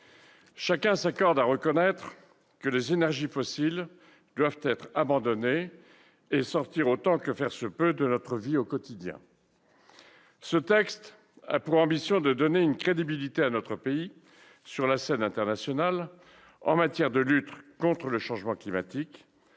Chacun s'accorde à reconnaître que les énergies fossiles doivent être abandonnées et qu'elles doivent sortir autant que faire se peut de notre vie au quotidien. Ce texte a pour ambition de donner une crédibilité à notre pays sur la scène internationale en matière de lutte contre le changement climatique,